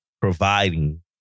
providing